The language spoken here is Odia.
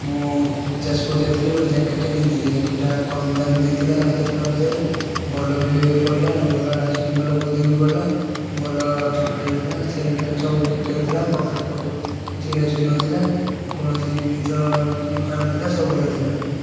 ମୁଁ ଯାଜପୁର ଯାଇଥିଲି ଗୋଟେ ଜ୍ୟାକେଟ୍ଟେ କିଣିଥିଲି ଜ୍ୟାକେଟ୍ଟା କମ୍ ଦାମ୍ ନେଇଥିଲା ହଜାର ଟଙ୍କା ଭିତରେ ଭଲ ବି ପଇଲା ଆଉ ଭଲ ଲାଷ୍ଟିଙ୍ଗ୍ କଲା ବହୁତ ଦିନ ବି ଗଲା ଭଲ ଚମଡ଼ା ଦେଇଥିଲା ଚେନ୍ଫେନ୍ ସବୁ ଠିକ୍ଠାକ୍ ଥିଲା ପକେଟ୍ଫକେଟ୍ କିଛି ଚିରାଚୁରି ନଥିଲା କୌଣସି ଜିନଷ କିଛି ଖରାପ ନଥିଲା ସବୁ ଭଲ ଥିଲା